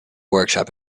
workshop